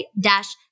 dash